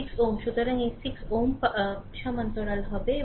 সুতরাং এই 6 Ω সমান্তরাল হবে